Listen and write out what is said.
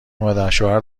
مادرشوهر